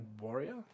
Warrior